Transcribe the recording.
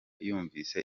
yumvise